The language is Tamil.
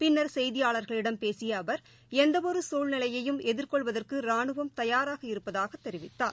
பின்னர் செய்தியாளர்களிடம் பேசியஅவர் எந்தவொருசூழ்நிலையையும் எதிர்கொள்வதற்குராணுவம் தயாராக இருப்பதாகதெரிவித்தார்